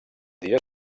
dia